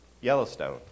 Yellowstone